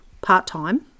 part-time